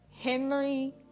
Henry